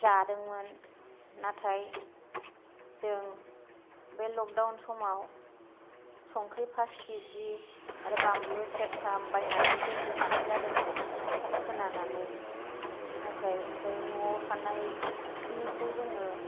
जादोंमोन नाथाय जों बे लकदाउन समाव संख्रि पास केजि आरो बानलु सेरथाम बायनानै दोनफैखानाय जादोंमोन खोनानानै नाथाय ओमफ्राय न'आव थानायखिनिखौ जोङो